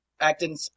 acting